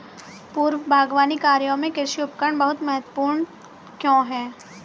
पूर्व बागवानी कार्यों में कृषि उपकरण बहुत महत्वपूर्ण क्यों है?